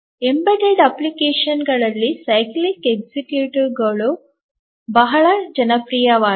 embedded ಅಪ್ಲಿಕೇಶನ್ಗಳಲ್ಲಿ cyclic ಶೆಡ್ಯೂಲರ್ಗಳು ಬಹಳ ಜನಪ್ರಿಯವಾಗಿವೆ